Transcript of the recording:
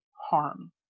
harm